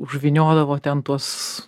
užvyniodavo ten tuos